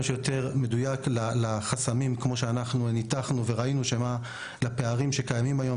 שיותר מדויק לחסמים כפי שניתחנו וראינו ולפערים שקיימים היום,